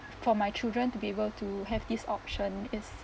for my children to be able to have this option is